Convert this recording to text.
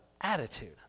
attitude